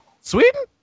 Sweden